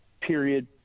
Period